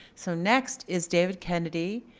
so next is david kennedy.